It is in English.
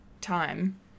time